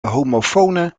homofonen